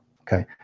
okay